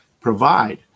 provide